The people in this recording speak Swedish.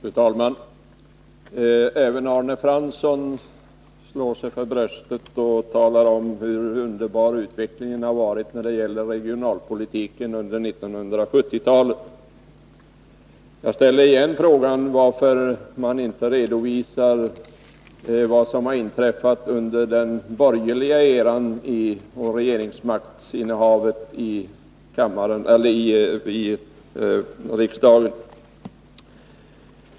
Fru talman! Även Arne Fransson slår sig för bröstet och talar om hur underbar utvecklingen under 1970-talet varit när det gäller regionalpolitiken. Jag ställer igen frågan varför man inte i riksdagen redovisar vad som inträffat under den borgerliga eran och regeringsmaktstiden.